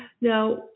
Now